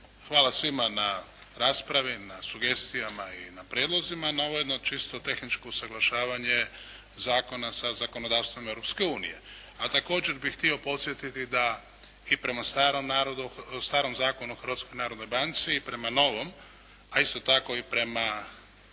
Hvala svima na raspravi, na sugestijama i na prijedlozima, na ovo jedno čisto tehničko usuglašavanje zakona sa zakonodavstvom Europske unije, a također bih htio podsjetiti da i prema starom Zakonu o Hrvatskoj narodnoj banci i prema novom, a isto tako i prema